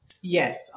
Yes